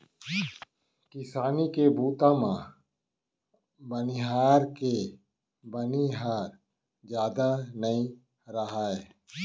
किसानी के बूता म बनिहार के बनी ह जादा नइ राहय